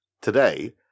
today